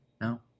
no